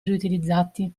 riutilizzati